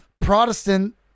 Protestant